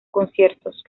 conciertos